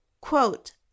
Quote